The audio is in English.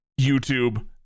YouTube